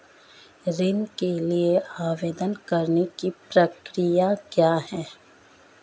ऋण के लिए आवेदन करने की प्रक्रिया क्या है?